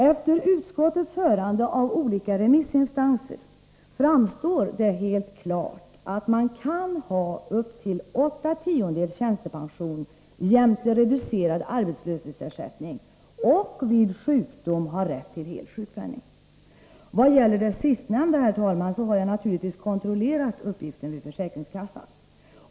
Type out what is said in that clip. Efter utskottets hörande av olika remissinstanser framstår det klart att man kan ha upp till 8/10 tjänstepension jämte reducerad arbetslöshetsersättning och vid sjukdom ha rätt till hel sjukpenning. Vad gäller det sistnämnda, herr talman, har jag naturligtvis kontrollerat uppgiften med försäkringskassan.